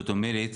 זאת אומרת,